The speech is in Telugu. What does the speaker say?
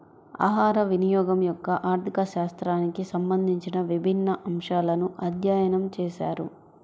ఆహారవినియోగం యొక్క ఆర్థిక శాస్త్రానికి సంబంధించిన విభిన్న అంశాలను అధ్యయనం చేశారు